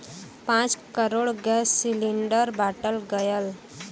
पाँच crore gas cylinder बाँटल गएल